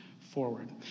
forward